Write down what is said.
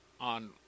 On